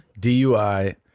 DUI